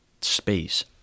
space